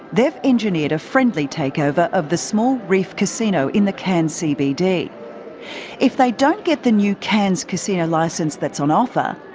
they've engineered a friendly takeover of the small reef casino in the cairns cbd. if they don't get the new cairns casino licence that's on offer,